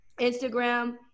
instagram